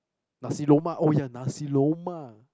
nasi-lemak oh ya nasi-lemak